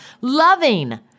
loving